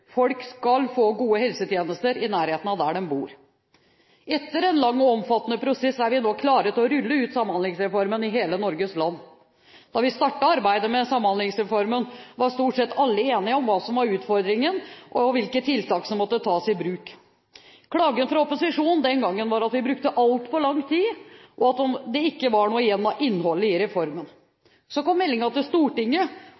folk skal få gode helsetjenester i nærheten av der de bor. Etter en lang og omfattende prosess er vi nå klare til å rulle ut Samhandlingsreformen i hele Norges land. Da vi startet arbeidet med Samhandlingsreformen, var stort sett alle enige om hva som var utfordringen, og hvilke tiltak som måtte tas i bruk. Klagen fra opposisjonen den gangen var at vi brukte altfor lang tid, og at det ikke var noe igjen av innholdet i